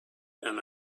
and